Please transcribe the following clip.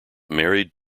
married